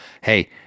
Hey